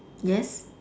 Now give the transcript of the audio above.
yes